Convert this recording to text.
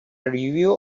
review